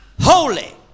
holy